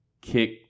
kick